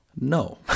no